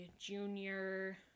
junior